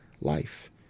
life